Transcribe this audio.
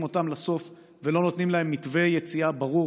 אותם לסוף ולא נותנים להם מתווה יציאה ברור.